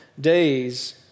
days